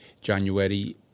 January